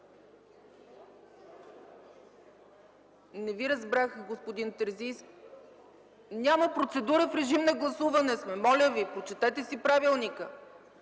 Не Ви разбрах, господин Терзийски. Няма процедура! В режим на гласуване сме. Моля Ви, прочетете си правилника!